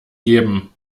geben